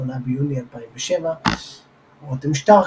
8 ביוני 2007 רותם שטרקמן,